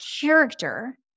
character